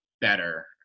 better